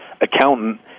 accountant